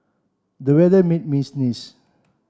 the weather made me sneeze